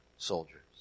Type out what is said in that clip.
Soldiers